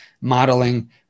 modeling